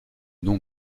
non